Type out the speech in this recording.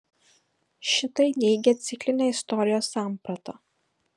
šitai neigia ciklinę istorijos sampratą